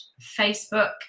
facebook